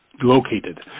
located